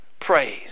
praise